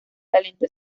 talento